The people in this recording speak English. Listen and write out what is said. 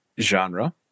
genre